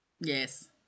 Yes